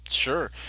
Sure